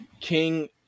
King